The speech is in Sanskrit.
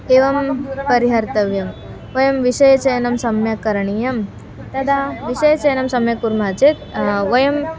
एवं परिहर्तव्यं वयं विषयचयनं सम्यक् करणीयं तदा विषयचनं सम्यक् कुर्मः चेत् वयं